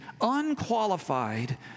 unqualified